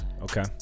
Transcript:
Okay